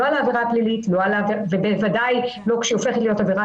לא על העבירה הפלילית ובוודאי כשזאת הופכת להיות עבירה